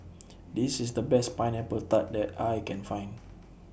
This IS The Best Pineapple Tart that I Can Find